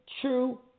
true